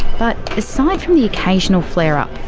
but, aside from the occasional flare up,